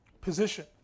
Position